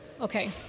Okay